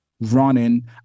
running